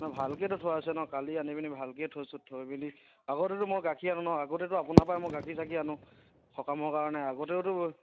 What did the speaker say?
নাই ভালকেইতো থোৱা হৈছে ন কালি আনি পেলাই ভালকেই থৈছোঁ থৈ পেলাই আগতেটো গাখীৰ আনো আগতেটো আপোনাৰ পৰাই গাখীৰ চাখীৰ আনোঁ সকামৰ কাৰণে আগতেওতো